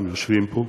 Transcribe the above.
הם יושבים פה.